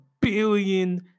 billion